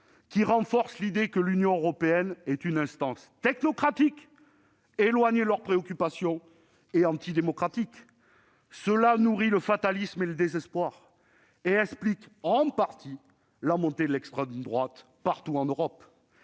ces derniers, l'idée que l'Union européenne est une instance technocratique, éloignée de leurs préoccupations et antidémocratique. Cela nourrit le fatalisme et le désespoir et explique, en partie, la montée de l'extrême droite partout en Europe.